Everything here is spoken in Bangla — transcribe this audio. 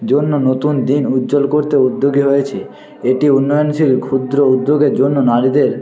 জন্য নতুন দিন উজ্জ্বল করতে উদ্যোগী হয়েছে এটি উন্নয়নশীল ক্ষুদ্র উদ্যোগের জন্য নারীদের